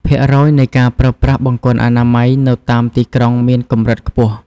ភាគរយនៃការប្រើប្រាស់បង្គន់អនាម័យនៅតាមទីក្រុងមានកម្រិតខ្ពស់។